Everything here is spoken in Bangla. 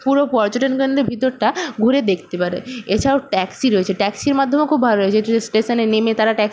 পুরো পর্যটন কেন্দ্রের ভিতরটা ঘুরে দেখতে পারে এছাড়াও ট্যাক্সি রয়েছে ট্যাক্সির মাধ্যমেও খুব ভালো লাগে স্টেশনে নেমে তারা ট্যাক্সির